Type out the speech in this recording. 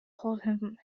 hold